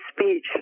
speech